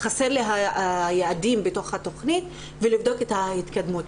חסרים לי היעדים בתוך התוכנית ולבדוק את ההתקדמות.